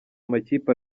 amakipe